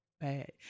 Bad